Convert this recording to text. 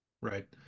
Right